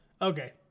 Okay